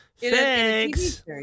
Thanks